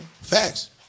Facts